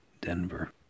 Denver